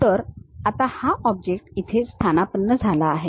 तर आता हा ऑब्जेक्ट इथे स्थानापन्न झाला आहे